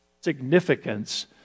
significance